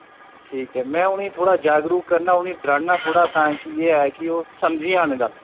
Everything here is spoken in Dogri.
ठीक ऐ में उ'नें गी थोहाड़ा जेहा जागरूक करना थोह्ड़ा डराना कि एह् ऐ कि ओह् समझी जान गल्ल